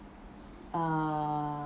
uh